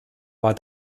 war